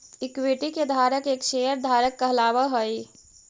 equity के धारक एक शेयर धारक कहलावऽ हइ